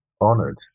honored